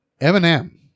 Eminem